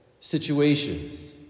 situations